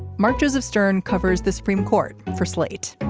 mark joseph stern covers the supreme court for slate.